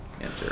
Enter